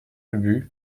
ubu